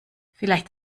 vielleicht